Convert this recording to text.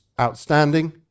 outstanding